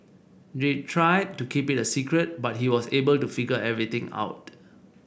they tried to keep it a secret but he was able to figure everything out